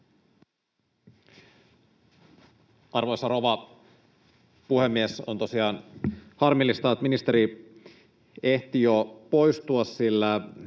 Arvoisa rouva puhemies! On tosiaan harmillista, että ministeri ehti jo poistua,